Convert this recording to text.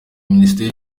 minisiteri